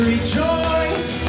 Rejoice